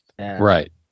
right